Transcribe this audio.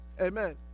Amen